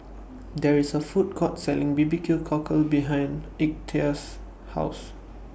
There IS A Food Court Selling B B Q Cockle behind Ignatius' House